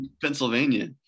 pennsylvania